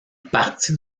partie